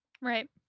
Right